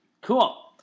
Cool